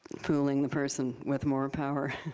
fooling the person with more and power,